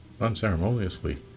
unceremoniously